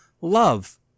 love